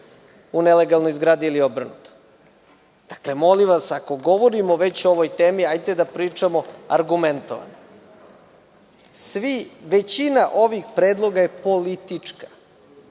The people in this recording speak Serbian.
u nelegalnoj zgradi i obrnuto. Dakle, molim vas, ako govorimo o ovoj temi, hajde da pričamo argumentovano. Većina ovih predloga je politička.